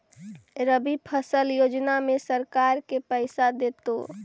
रबि फसल योजना में सरकार के पैसा देतै?